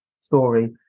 story